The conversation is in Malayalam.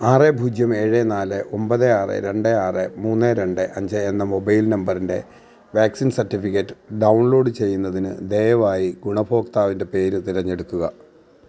ആറ് പൂജ്യം ഏഴ് നാല് ഒമ്പത് ആറ് രണ്ട് ആറ് മുന്ന് രണ്ട് അഞ്ച് എന്ന മൊബൈൽ നമ്പറിൻ്റെ വാക്സിൻ സർട്ടിഫിക്കറ്റ് ഡൗൺലോഡ് ചെയ്യുന്നതിന് ദയവായി ഗുണഭോക്താവിൻ്റെ പേര് തിരഞ്ഞെടുക്കുക